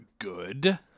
good